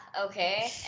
Okay